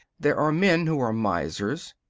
there are men who are misers,